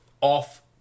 off